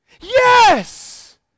yes